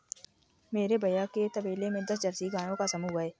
मेरे भैया के तबेले में दस जर्सी गायों का समूह हैं